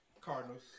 Cardinals